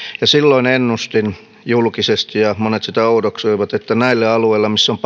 silloin ennustin julkisesti ja monet sitä oudoksuivat että näille alueille missä on